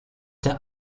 der